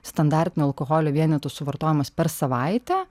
standartinių alkoholio vienetų suvartojimas per savaitę